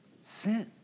Sin